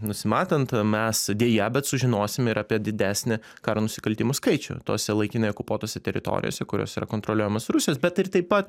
nusimatant mes deja bet sužinosime ir apie didesnį karo nusikaltimų skaičių tose laikinai okupuotose teritorijose kurios yra kontroliuojamas rusijos bet ir taip pat